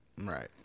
right